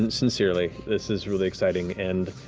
and sincerely. this is really exciting. and